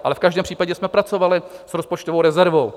Ale v každém případě jsme pracovali s rozpočtovou rezervou.